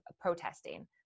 protesting